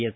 S